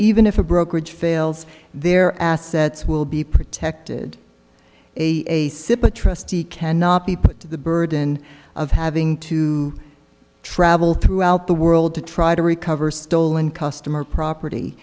even if a brokerage fails their assets will be protected a a sip a trustee cannot be put the burden of having to travel throughout the world to try to recover stolen customer property